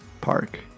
park